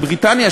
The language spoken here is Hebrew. של בריטניה,